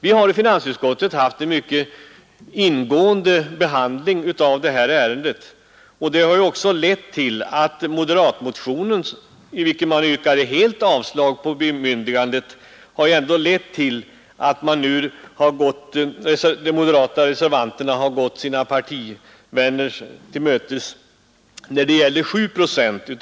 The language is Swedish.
Vi har i finansutskottet mycket ingående behandlat detta ärende, vilket har lett till att de moderata reservanterna nu har gått sina partivänner till mötes till ca 7 procent.